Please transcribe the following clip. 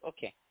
Okay